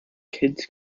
kids